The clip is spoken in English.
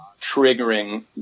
triggering